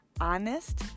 honest